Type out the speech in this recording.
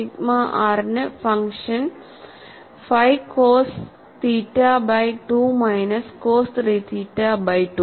sigma r നു function 5 cos theta by 2 minus cos 3 theta by 2